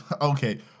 Okay